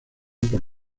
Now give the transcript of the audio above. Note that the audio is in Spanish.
por